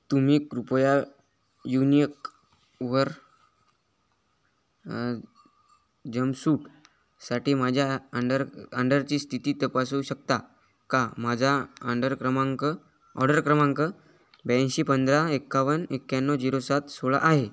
तुम्ही कृपया युनियकवर जमसूटसाठी माझ्या अंडर अंडरची स्थिती तपासू शकता का माझा अंडर क्रमांक ऑर्डर क्रमांक ब्याऐंशी पंधरा एक्कावन्न एक्याण्णव झिरो सात सोळा आहे